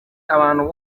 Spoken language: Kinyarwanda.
abantu